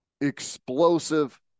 explosive